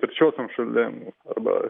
trečiosiom šalim arba